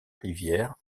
rivière